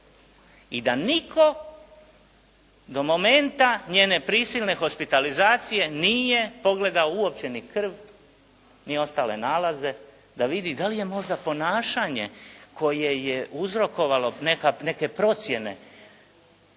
i da nitko do momenta njene prisilne hospitalizacije nije pogledao uopće ni krv, ni ostale nalaze da vidi da li je možda ponašanje koje je uzrokovalo neke procjene